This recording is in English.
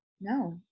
no